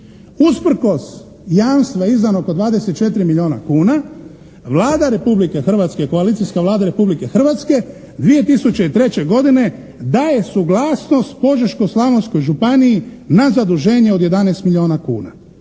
Usprkos jamstva izdanog od 24 milijuna kuna Vlada Republike Hrvatske, koalicijska Vlada Republike Hrvatske 2003. godine daje suglasnost Požeško-slavonskoj županiji na zaduženje od 11 milijuna kuna.